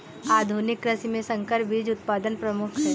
आधुनिक कृषि में संकर बीज उत्पादन प्रमुख है